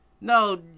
No